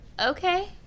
Okay